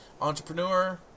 entrepreneur